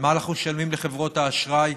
על מה אנחנו משלמים לחברות האשראי